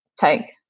take